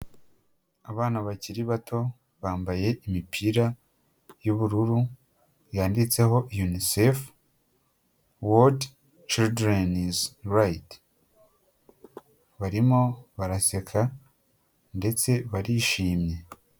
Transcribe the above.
Abana bakiri bato bambaye imipira y'ubururu yanditseho yunisefu wodi ciridirenizi rayiti, barimo baraseka ndetse barishimye.